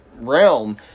realm